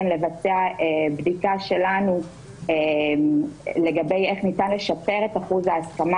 לבצע בדיקה שלנו לגבי איך ניתן לשפר את אחוז ההסכמה